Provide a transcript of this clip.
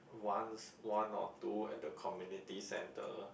once one or two at the community centre